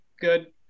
good